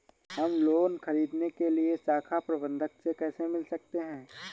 हम लोन ख़रीदने के लिए शाखा प्रबंधक से कैसे मिल सकते हैं?